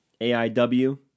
AIW